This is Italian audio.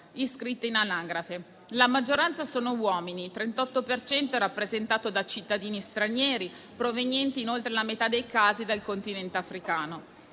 iscritte in anagrafe; la maggioranza sono uomini, il 38 per cento è rappresentato da cittadini stranieri provenienti in oltre la metà dei casi dal continente africano.